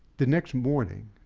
the next morning,